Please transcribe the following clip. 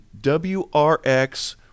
wrx